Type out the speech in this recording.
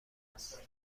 است